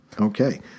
Okay